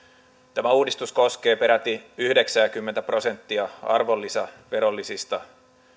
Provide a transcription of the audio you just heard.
tämä uudistus koskee peräti yhdeksääkymmentä prosenttia arvonlisäverovelvollisista